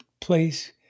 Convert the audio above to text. place